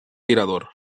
tirador